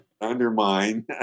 undermine